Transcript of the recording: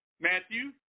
Matthew